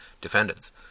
defendants